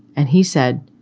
and he said,